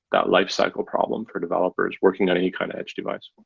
that lifecycle problem for developers working on any kind of edge device